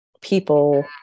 people